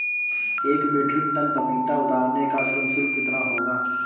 एक metric ton पपीता उतारने का श्रम शुल्क कितना होगा?